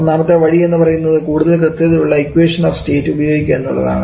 ഒന്നാമത്തെ വഴി എന്ന് പറയുന്നത് കൂടുതൽ കൃത്യതയുള്ള ഇക്വേഷൻ ഓഫ് സ്റ്റേറ്റ് ഉപയോഗിക്കുക എന്നുള്ളതാണ്